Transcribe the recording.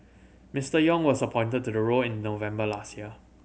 Mister Yong was appointed to the role in November last year